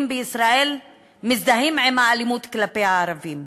בישראל מזדהים עם האלימות כלפי הערבים.